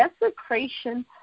desecration